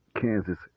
Kansas